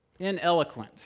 ineloquent